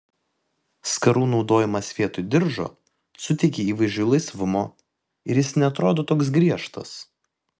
skarų naudojimas vietoj diržo suteikia įvaizdžiui laisvumo ir jis neatrodo toks griežtas